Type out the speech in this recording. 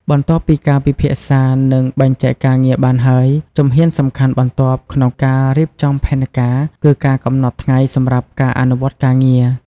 បន្ទាប់ពីការពិភាក្សា និងបែងចែកការងារបានហើយ ជំហានសំខាន់បន្ទាប់ក្នុងការរៀបចំផែនការគឺការកំណត់ថ្ងៃសម្រាប់ការអនុវត្តការងារ។